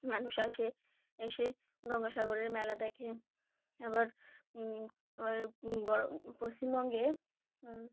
মানুষ আসে এসে গঙ্গাসাগরের মেলা দেখে আবার আবার গর পশ্চিমবঙ্গে